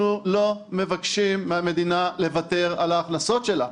אנחנו לא מבקשים מהמדינה לוותר על ההכנסות שלה.